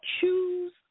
choose